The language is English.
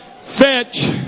Fetch